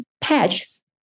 patches